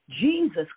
Jesus